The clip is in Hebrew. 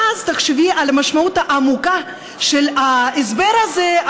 ואז תחשבי על המשמעות העמוקה של ההסבר הזה,